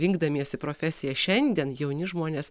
rinkdamiesi profesiją šiandien jauni žmonės